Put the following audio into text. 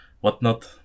whatnot